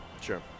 Sure